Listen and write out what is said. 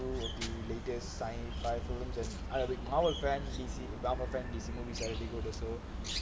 of the latest scifi films and I'm a big marvel fan D_C marvel films D_C movies I read the books also